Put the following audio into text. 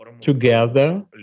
together